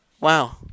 wow